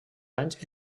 anys